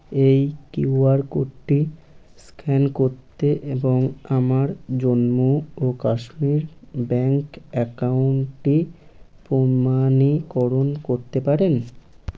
এই কিউআর কোডটি স্ক্যান করতে এবং আমার জম্মু ও কাশ্মীর ব্যাঙ্ক অ্যাকাউন্টটি প্রমাণীকরণ করতে পারেন